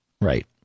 Right